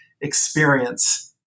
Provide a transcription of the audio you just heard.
experience